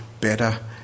better